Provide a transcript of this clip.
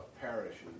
parishes